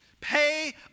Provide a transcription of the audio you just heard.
Pay